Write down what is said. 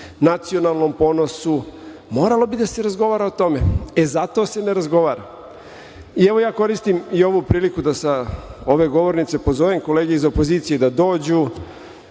nacionalnom ponosu. Moralo bi da se razgovara o tome. E, zato se ne razgovara. Evo, koristim i ovu priliku da sa ove govornice pozovem kolege iz opozicije da dođu.